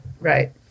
Right